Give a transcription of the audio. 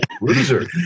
loser